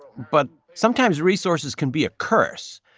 but sometimes, resources can be a curse,